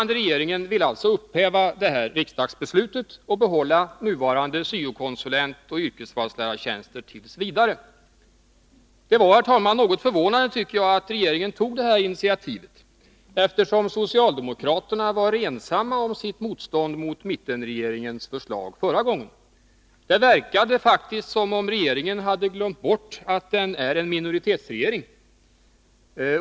Det var, herr talman, något förvånande att regeringen tog det här initiativet, eftersom socialdemokraterna var ensamma om sitt motstånd mot mittenregeringens förslag förra gången. Det verkade faktiskt som om regeringen hade glömt bort att den är en minoritetsregering.